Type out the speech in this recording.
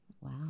Wow